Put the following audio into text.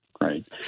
right